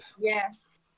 Yes